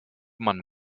man